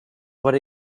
what